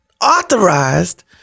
Authorized